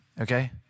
Okay